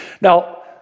Now